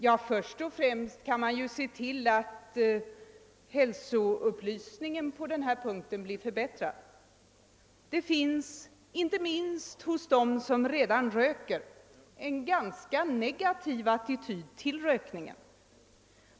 Ja, först och främst kan samhället se till att hälsoupplysningen på den här punkten blir förbättrad. Det finns inte minst hos dem som redan röker en negativ attityd till rökningen.